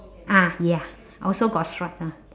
ah ya also got stripe ah